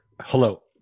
hello